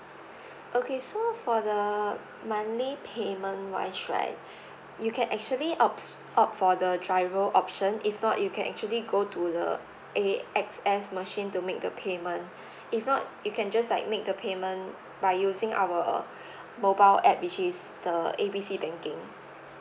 okay so for the monthly payment wise right you can actually opts opt for the driver option if not you can actually go to the A_X_S machine to make the payment if not you can just like make the payment by using our mobile app which is the A B C banking